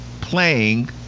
playing